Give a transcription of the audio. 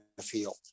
feel